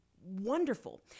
Wonderful